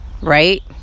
Right